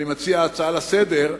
אני מציע הצעה לסדר.